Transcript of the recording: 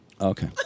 Okay